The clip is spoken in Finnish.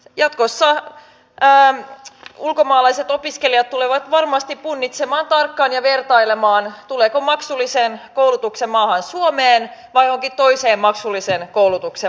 jatkossa ulkomaalaiset opiskelijat tulevat varmasti punnitsemaan tarkkaan ja vertailemaan tulevatko maksullisen koulutuksen maista suomeen vai johonkin toiseen maksullisen koulutuksen maahan